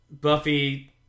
Buffy